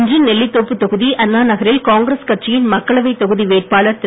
இன்று நெல்லித்தோப்பு தொகுதி அண்ணா நகரில் காங்கிரஸ் கட்சியின் மக்களவைத் தொகுதி வேட்பாளர் திரு